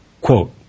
Quote